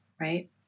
Right